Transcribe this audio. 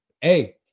Hey